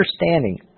understanding